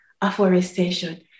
afforestation